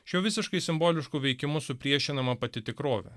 šiuo visiškai simbolišku veikimu supriešinama pati tikrovė